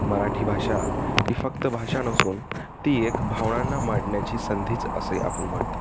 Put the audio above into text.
मराठी भाषा ही फक्त भाषा नसून ती एक भावनांना मांडण्याची संधीच असे आपण म्हणतो